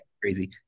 crazy